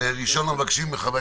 את הבקשה.